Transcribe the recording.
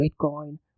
Bitcoin